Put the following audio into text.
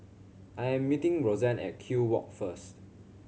I am meeting Rosanne at Kew Walk first